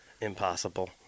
impossible